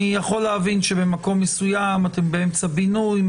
אני יכול להבין שבמקום מסוים אתם באמצע בינוי,